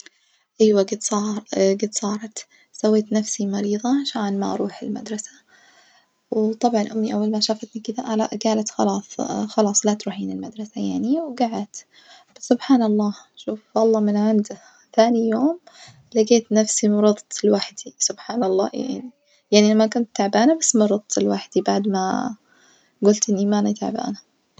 أيوة جد صا جد صارت سويت نفسي مريظة عشان ما أروح المدرسة زطبعًا أول ما شافتني كدة لأ جالت خلاص خلاص لا تروحين المدرسة يعني وجعدت، فسبحان الله شوف الله من عنده ثاني يوم لجيت نفسي مرظت لوحدي سبحان الله يعني، يعني أنا ما كنت تعبانة بس مرظت لوحدي بعد ما جلت إني ماني تعبانة.